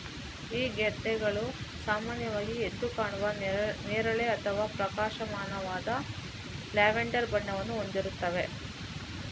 ಈ ಗೆಡ್ಡೆಗಳು ಸಾಮಾನ್ಯವಾಗಿ ಎದ್ದು ಕಾಣುವ ನೇರಳೆ ಅಥವಾ ಪ್ರಕಾಶಮಾನವಾದ ಲ್ಯಾವೆಂಡರ್ ಬಣ್ಣವನ್ನು ಹೊಂದಿರ್ತವೆ